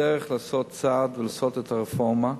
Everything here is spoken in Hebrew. הדרך לעשות צעד ולעשות את הרפורמה,